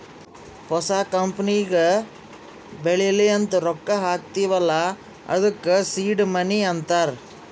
ಹೊಸ ಕಂಪನಿಗ ಬೆಳಿಲಿ ಅಂತ್ ರೊಕ್ಕಾ ಹಾಕ್ತೀವ್ ಅಲ್ಲಾ ಅದ್ದುಕ ಸೀಡ್ ಮನಿ ಅಂತಾರ